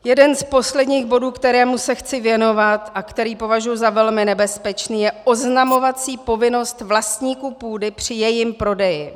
Jeden z posledních bodů, kterému se chci věnovat a který považuji za velmi nebezpečný, je oznamovací povinnost vlastníků půdy při jejím prodeji.